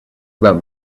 about